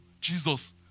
Jesus